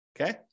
Okay